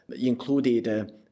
included